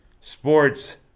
Sports